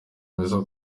meza